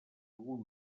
algun